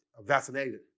vaccinated